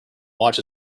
watch